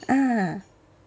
ah